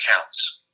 counts